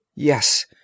Yes